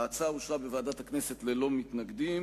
ההצעה אושרה בוועדת הכנסת ללא מתנגדים.